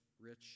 rich